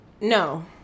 No